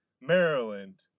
Maryland